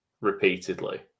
repeatedly